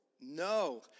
No